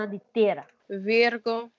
Virgo